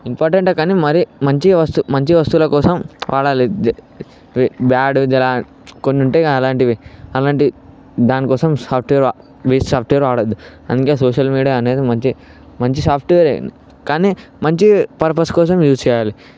ఇంపార్టెంటే కానీ మరీ మంచిగా మంచి వస్తువుల కోసం వాడాలి బ్యాడ్ జరా కొన్ని ఉంటాయి కదా అలాంటివి అలాంటివి దానికోసం సాఫ్ట్వేర్ వేస్ట్ సాఫ్ట్వేర్ వాడద్దు అందుకే సోషల్ మీడియా అనేది మంచి మంచి సాఫ్ట్వేరే కానీ మంచి పర్పస్ కోసం యూస్ చేయాలి